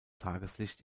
tageslicht